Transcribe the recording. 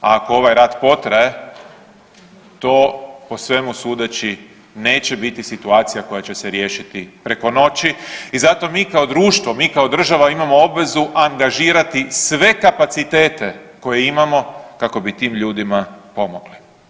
A ako ovaj rat potraje, to po svemu sudeći, neće biti situacija koja će se riješiti preko noći i zato mi kao društvo, mi kao država imamo obvezu angažirati sve kapacitete koje imamo kako bi tim ljudima pomogli.